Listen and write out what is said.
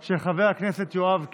לוועדת הכלכלה נתקבלה.